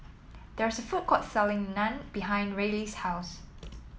there is a food court selling Naan behind Ryley's house